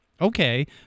Okay